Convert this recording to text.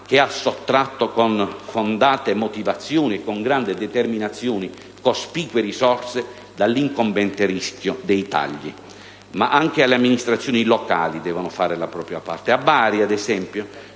che ha sottratto con fondate motivazioni e con determinazione cospicue risorse all'incombente rischio di tagli. Ma anche le amministrazioni locali devono fare la propria parte. A Bari, ad esempio,